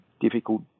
difficult